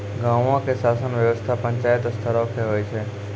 गांवो के शासन व्यवस्था पंचायत स्तरो के होय छै